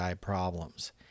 problems